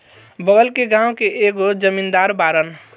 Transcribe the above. बगल के गाँव के एगो जमींदार बाड़न